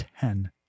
ten